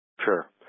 Sure